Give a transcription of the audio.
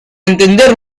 entender